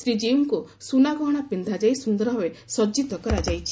ଶ୍ରୀଜୀଉଙ୍କୁ ସୁନାଗହଣା ପିକ୍ଷାଯାଇ ସୁନ୍ଦର ଭାବେ ସଜିତ କରାଯାଇଛି